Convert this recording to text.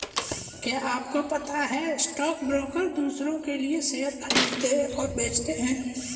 क्या आपको पता है स्टॉक ब्रोकर दुसरो के लिए शेयर खरीदते और बेचते है?